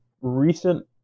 recent